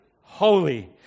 holy